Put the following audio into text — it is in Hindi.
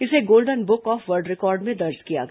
इसे golden book of world record में दर्ज किया गया